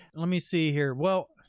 let me see here. well,